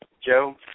Joe